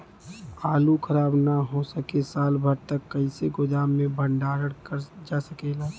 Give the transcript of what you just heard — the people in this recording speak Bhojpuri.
आलू खराब न हो सके साल भर तक कइसे गोदाम मे भण्डारण कर जा सकेला?